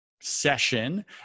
session